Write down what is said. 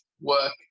work